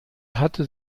hatte